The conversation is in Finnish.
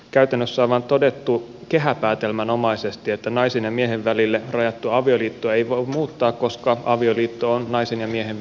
käytännössä on vain todettu kehäpäätelmänomaisesti että naisen ja miehen välille rajattua avioliittoa ei voi muuttaa koska avioliitto on naisen ja miehen välinen